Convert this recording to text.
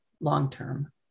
long-term